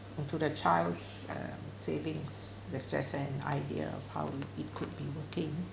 into the child um savings its just an idea of how it could be working